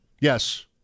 Yes